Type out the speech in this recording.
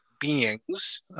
beings